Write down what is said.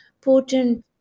potent